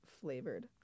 flavored